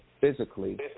physically